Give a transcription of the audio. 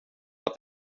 att